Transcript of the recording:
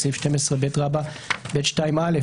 בסעיף 12ב(ב)(2)(א),